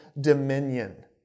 dominion